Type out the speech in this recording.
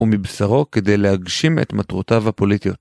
ומבשרו כדי להגשים את מטרותיו הפוליטיות.